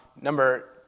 Number